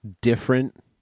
different